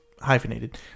hyphenated